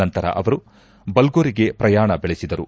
ನಂತರ ಅವರು ಬಲ್ಗೋರಿಗೆ ಪ್ರಯಾಣ ಬೆಳೆಸಿದರು